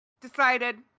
decided